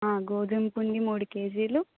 గోధుమ పిండి మూడు కేజీలు